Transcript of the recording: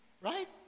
Right